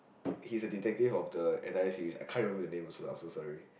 he's a detective of the entire series I can't remember the name also I'm so sorry